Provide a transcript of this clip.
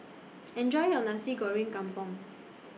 Enjoy your Nasi Goreng Kampung